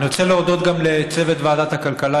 אני רוצה להודות גם לצוות ועדת הכלכלה,